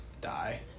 die